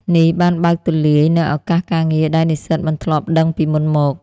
នេះបានបើកទូលាយនូវឱកាសការងារដែលនិស្សិតមិនធ្លាប់ដឹងពីមុនមក។